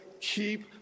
keep